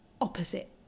opposite